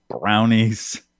brownies